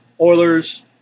Oilers